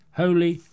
holy